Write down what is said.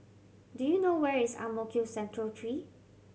do you know where is Ang Mo Kio Central Three